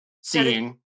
Seeing